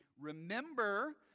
remember